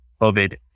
COVID